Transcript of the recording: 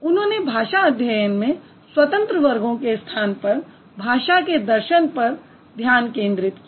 उन्होंने भाषा अध्ययन में स्वतंत्र वर्गों के स्थान पर भाषा के दर्शन पर ध्यान केन्द्रित किया